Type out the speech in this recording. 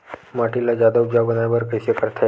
माटी ला जादा उपजाऊ बनाय बर कइसे करथे?